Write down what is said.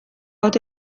ote